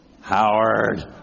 Howard